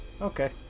Okay